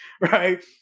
right